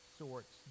sorts